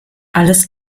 alles